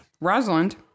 Rosalind